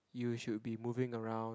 you should be moving around